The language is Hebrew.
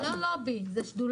זה לא לובי, זה שדולה.